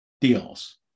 deals